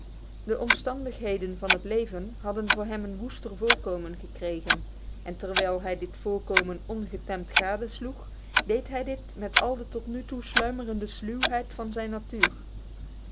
de omstandigheden van het leven hadden voor hem een woester voorkomen gekregen en terwijl hij dit voorkomen ongetemd gadesloeg deed hij dit met al de tot nu toe sluimerende sluwheid van zijn natuur